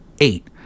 Eight